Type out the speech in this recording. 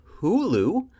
Hulu